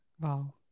Wow